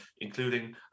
including